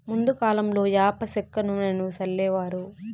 ముందు కాలంలో యాప సెక్క నూనెను సల్లేవారు